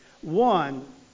One